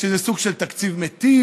שזה סוג של תקציב מיטיב.